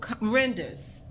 Renders